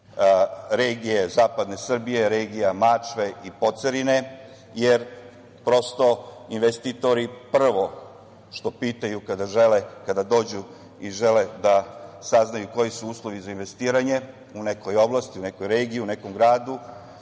regije zapadne Srbije, regija Mačve i Pocerine, jer, prosto, investitori prvo što pitaju kada dođu i žele da saznaju koji su uslovi za investiranje u nekoj oblasti, u nekoj regiji, u nekom gradu,